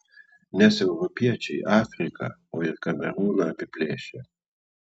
nes europiečiai afriką o ir kamerūną apiplėšė